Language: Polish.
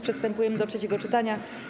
Przystępujemy do trzeciego czytania.